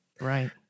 Right